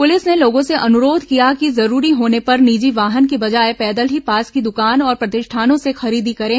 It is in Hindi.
पुलिस ने लोगों से अनुरोध किया कि जरूरी होने पर निजी वाहन की बजाय पैदल ही पास की दुकान और प्रतिष्ठानों से खरीदी करें